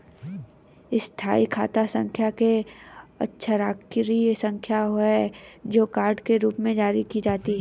स्थायी खाता संख्या एक अक्षरांकीय संख्या होती है, जो कार्ड के रूप में जारी की जाती है